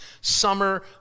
Summer